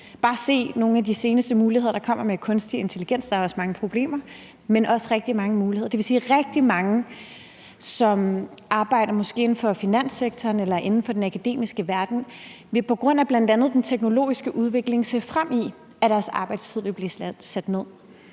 Bare se nogle af de seneste muligheder, der kommer med kunstig intelligens. Der er også mange problemer, men også rigtig mange muligheder. Det vil sige, at rigtig mange, som måske arbejder inden for finanssektoren eller inden for den akademiske verden, på grund af bl.a. den teknologiske udvikling vil se ind i, at deres arbejdstid vil blive sat ned.